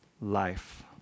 life